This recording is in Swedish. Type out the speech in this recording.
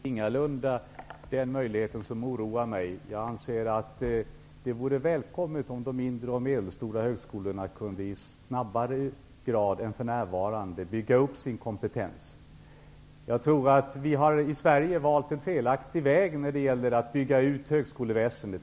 Herr talman! Det är ingalunda den möjligheten som oroar mig. Jag anser att det vore välkommet om de mindre och medelstora högskolorna kunde bygga upp sin kompetens i snabbare takt än för närvarande. Jag tror att vi i Sverige har valt en felaktig väg för att bygga ut högskoleväsendet.